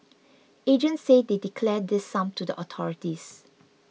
agents say they declare this sum to the authorities